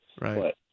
Right